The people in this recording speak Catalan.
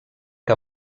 que